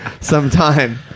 sometime